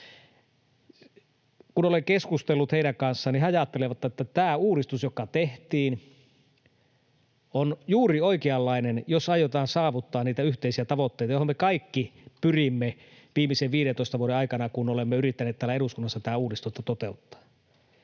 Kun olen keskustellut heidän kanssaan, he ajattelevat, että tämä uudistus, joka tehtiin, on juuri oikeanlainen, jos aiotaan saavuttaa niitä yhteisiä tavoitteita, joihin me kaikki pyrimme viimeisen 15 vuoden aikana, kun olemme yrittäneet täällä eduskunnassa tätä uudistusta toteuttaa.